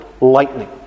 lightning